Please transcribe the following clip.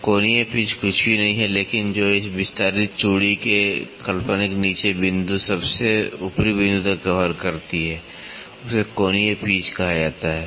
तो कोणीय पिच कुछ भी नहीं है लेकिन जो इस विस्तारित चूड़ी के काल्पनिक नीचे बिंदु से सबसे ऊपरी बिंदु तक कवर करती है उसे कोणीय पिच कहा जाता है